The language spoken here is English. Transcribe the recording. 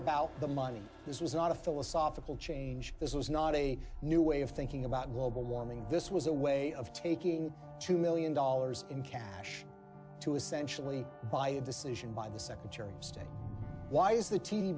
about the money this was not a philosophical change this was not a new way of thinking about warming this was a way of taking two million dollars in cash to essentially buy a decision by the secretary of state why is the t